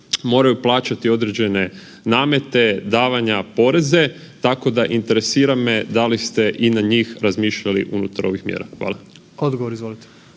moraju plaćati određene namete, davanja, poreze, tako da interesira me da li ste i na njih razmišljali unutar ovih mjera? Hvala. **Jandroković,